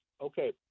okay